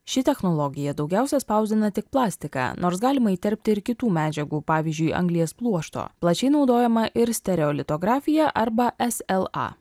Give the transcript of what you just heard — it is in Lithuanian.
ši technologija daugiausia spausdina tik plastiką nors galima įterpti ir kitų medžiagų pavyzdžiui anglies pluošto plačiai naudojama ir stereolitografija arba sla